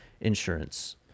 insurance